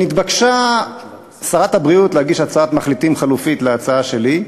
נתבקשה שרת הבריאות להגיש הצעת מחליטים חלופית להצעה שלי,